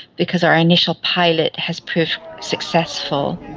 because our initial pilot has proved successful.